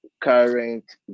current